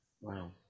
Wow